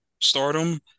stardom